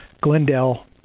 Glendale